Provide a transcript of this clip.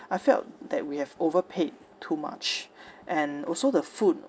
I felt that we have overpaid too much and also the food